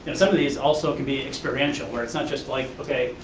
and some of these also can be experiential, where it's not just like, okay,